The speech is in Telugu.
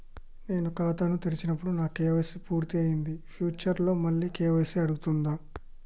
నేను ఖాతాను తెరిచినప్పుడు నా కే.వై.సీ పూర్తి అయ్యింది ఫ్యూచర్ లో మళ్ళీ కే.వై.సీ అడుగుతదా?